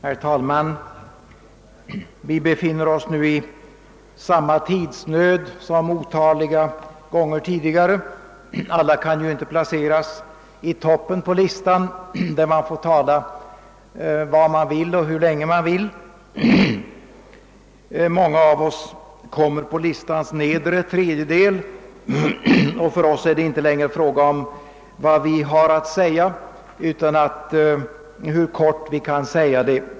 Herr talman! Vi befinner oss nu i samma tidsnöd som otaliga gånger tidigare. Alla kan inte placeras i toppen på listan, där man får tala om vad man vill hur länge man vill. Många av oss kommer på listans nedre tredjedel, och för oss är det inte längre fråga om vad vi har att säga utan om hur kort vi kan säga det.